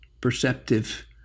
perceptive